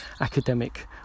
academic